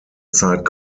zeit